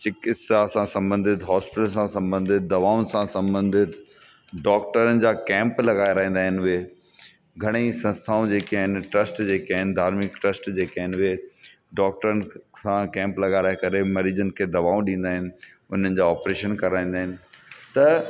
चिकत्सा सां संबधित हॉस्पिटल सां संबधित दवाउनि सां संबधित डॉक्टरनि जा कैम्प लॻाए रहंदा आहिनि उहे घणेई संस्थाऊ जेके आहिनि ट्स्ट जेके आहिनि धार्मिक ट्र्स्ट जेके आहिनि उहे डॉक्टरनि सां कैम्प लॻाराए करे मरीजनि खे दवाऊं ॾींदा आहिनि उन जा ऑपरेशन कराईंदा आहिनि त